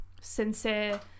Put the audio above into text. sincere